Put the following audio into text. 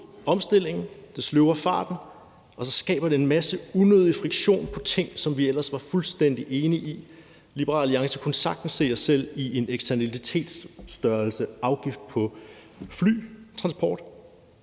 det sløver farten, og så skaber det en masse unødig friktion på ting, som vi ellers var fuldstændig enige om. Liberal Alliance kunne sagtens se sig selv i en afgift på flytransport,